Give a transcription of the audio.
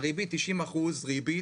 הריבית 90% ריבית,